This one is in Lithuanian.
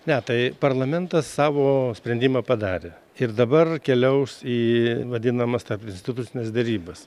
ne tai parlamentas savo sprendimą padarė ir dabar keliaus į vadinamas tarpinstitucines derybas